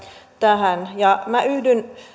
tähän minä yhdyn